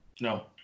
No